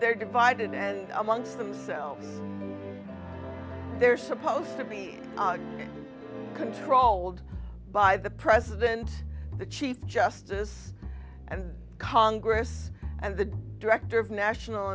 they're divided and amongst themselves they're supposed to me controlled by the president the chief justice and congress and the director of national